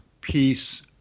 peace